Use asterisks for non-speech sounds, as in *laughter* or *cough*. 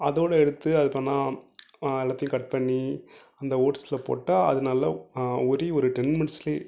அதோடு எடுத்து அது *unintelligible* எல்லாத்தேயும் கட் பண்ணி அந்த ஓட்ஸில் போட்டால் அது நல்லா ஊறி ஒரு டென் மினிட்ஸ்லேயே